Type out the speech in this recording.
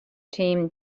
team